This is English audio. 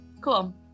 cool